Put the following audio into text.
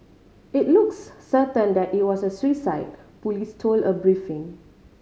it looks certain that it was a suicide police told a briefing